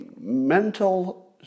mental